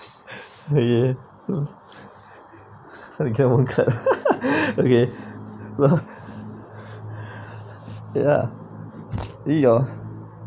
okay to get one clap okay so ya is it your